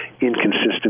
inconsistent